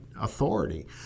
authority